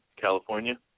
California